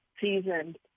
seasoned